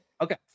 Okay